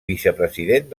vicepresident